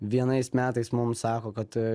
vienais metais mums sako kad